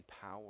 power